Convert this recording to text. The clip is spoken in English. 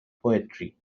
poetry